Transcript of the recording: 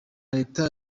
reta